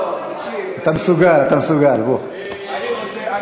אתה מסוגל, אתה מסוגל.